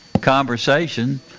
conversation